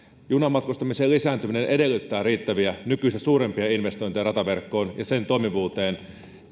junamatkustamisen lisääntyminen edellyttää riittäviä nykyistä suurempia investointeja rataverkkoon ja sen toimivuuteen